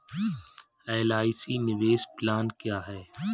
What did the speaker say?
LIC निवेश plan क्या है?